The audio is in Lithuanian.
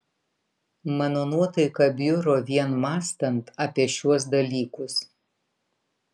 mano nuotaika bjuro vien mąstant apie šiuos dalykus